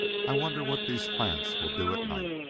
i wonder what these plants will do at night!